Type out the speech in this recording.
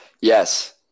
Yes